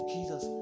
Jesus